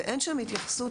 ואין שם התייחסות,